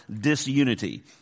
Disunity